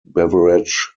beverage